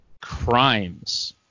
crimes